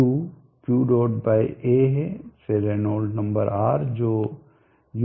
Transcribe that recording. u Q dot by A है फिर Reynolds number R जो udϑ है